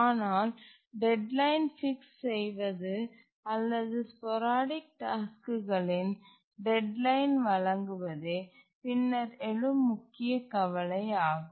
ஆனால் deadline fix செய்வது அல்லது ஸ்போரடிக் டாஸ்க்குகளின் டெட்லைன் வழங்குவதே பின்னர் எழும் முக்கிய கவலை ஆகும்